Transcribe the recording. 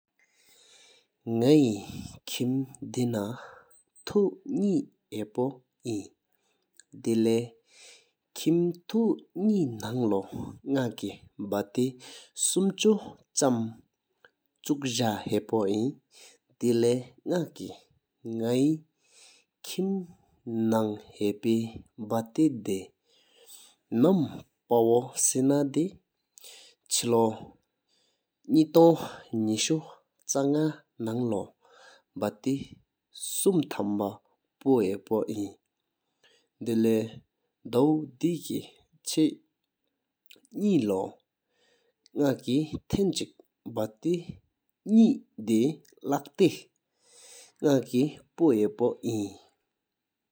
ནག་ཧེ་ཁིམ་དེ་ནང་ལོ་ཐོ་ནི་ཧ་པོ་ཨིན། དེ་ལེགས་ཁིམ་ཐོ་ནི་ནང་ལོ་ནག་ཀྱི་བཏེ་གསུམ་བཅའ་བང་འཇའ་ཧ་པོ་ཨིན། དེ་ལེགས་ ནག་སྐི་ ནག་ཧེ་ཁིམ་ནང་འཇའི་ཤདེ་བ་བཏེ་དེ་ན་མིང་པོ་དྲུང་སེར་ན་དེ་ ཆེ་སྟོན་ནི་ཏོང་ནི་ཤུ་དྲུང་ཅག་ནག་ནང་ལོ་བཏེ་གསུམ་ཐམ་བ་བོ་ཧ་ཧ་པོ་ཨིན། དེ་ལེགས་ དྲོ་དེ་ཁེ་ཆེ་ནི་ནི་ནག་ཀྱི་ཐར་ཅིག་བཏེ་ནི་དེ་ལག་ཏེ་ནག་ཀྱི་ཕོ་ཨིན།